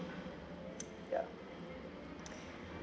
ya